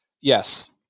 yes